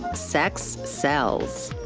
sex sells.